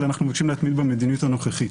אלא אנחנו מבקשים להתמיד במדיניות הנוכחית.